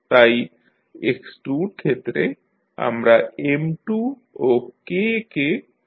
তাই x2 র ক্ষেত্রে আমরা M2 ও K কে সমান্তরালভাবে যুক্ত করব